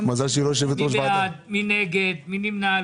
מי בעדה, מי נגד, מי נגדה?